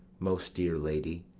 most dear lady,